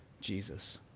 Jesus